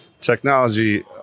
Technology